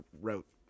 wrote